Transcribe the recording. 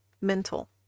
mental